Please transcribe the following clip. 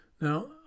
Now